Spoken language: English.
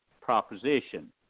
proposition